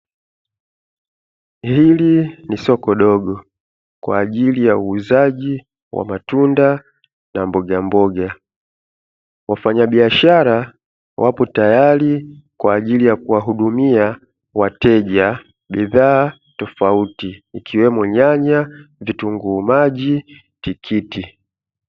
Hili ni soko dogo kwa ajili ya uuzaji wa matunda na mbogamboga. Wafanyabiashara wapo tayari kwa ajili ya kuwahudumia wateja bidhaa tofauti, ikiwemo nyanya, vitunguu maji, tikiti.